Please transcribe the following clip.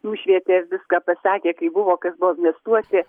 nušvietė viską pasakė kaip buvo kas buvo amnestuoti